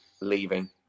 leaving